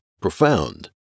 profound